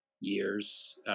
years